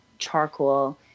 charcoal